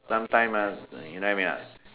sometime ah you get what I mean or not